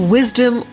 Wisdom